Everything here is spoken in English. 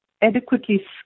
adequately